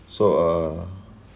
so uh